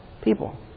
people